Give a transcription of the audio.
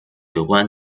有关